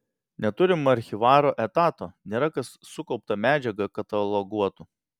neturim archyvaro etato nėra kas sukauptą medžiagą kataloguotų